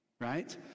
right